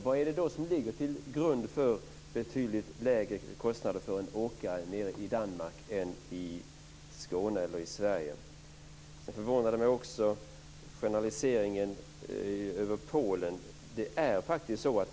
Vad är det som ligger till grund för betydligt lägre kostnader för en åkare nere i Danmark än i Skåne och Sverige? Sedan förvånar det mig också att höra generaliseringen när det gäller Polen.